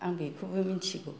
आं बेखौबो मिथिगौ